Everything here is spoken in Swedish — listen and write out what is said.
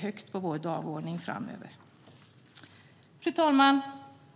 högt på vår dagordning framöver. Fru talman!